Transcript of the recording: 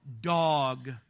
dog